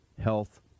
health